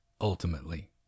ultimately